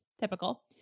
Typical